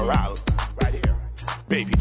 Baby